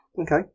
okay